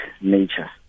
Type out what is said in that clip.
nature